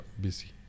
busy